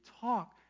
talk